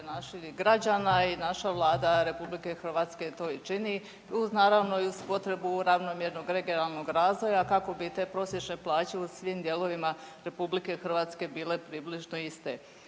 naših građana i naša Vlada RH to i čini, uz naravno i uz potrebu ravnomjernog regionalnog razvoja kako bi te prosječne plaće u svim dijelovima RH bile približno iste.